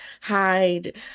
hide